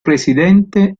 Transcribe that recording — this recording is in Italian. presidente